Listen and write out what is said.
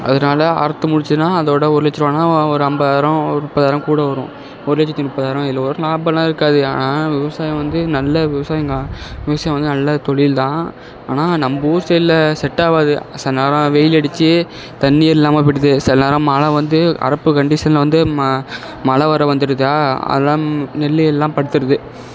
அதனால அறுத்து முடிச்சோனா அதோட ஒரு லட்சருவானா ஒரு ஐம்பதாயிரம் ஒரு முப்பதாயிரம் கூட வரும் ஒரு லட்சத்து முப்பதாயிரம் இதில் வரும் லாபம்லாம் இருக்காது ஆனால் விவாசாயம் வந்து நல்ல விவசாயம் இங்கே விவசாயம் வந்து நல்ல தொழில் தான் ஆனால் நம்ப ஊர் சைடில் செட்டாவது சில நேரம் வெயிலடிச்சு தண்ணியே இல்லாம போயிடுது சில நேரம் மழ வந்து அறுப்பு கண்டிஷனில் வந்து ம மழை வேறு வந்துவிடுதா அதுலாம் நெல் எல்லாம் படுத்துவிடுது